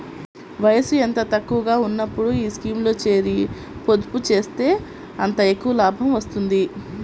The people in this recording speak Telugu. వయసు ఎంత తక్కువగా ఉన్నప్పుడు ఈ స్కీమ్లో చేరి, పొదుపు చేస్తే అంత ఎక్కువ లాభం వస్తుంది